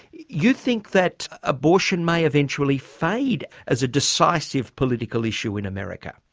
you think that abortion may eventually fade as a decisive political issue in america?